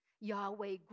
Yahweh